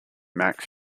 max